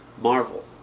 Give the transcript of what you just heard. Marvel